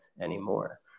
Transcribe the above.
anymore